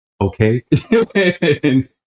okay